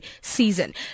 season